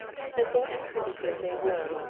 simple and primitive they were,